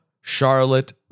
Charlotte